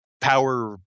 power